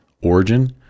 origin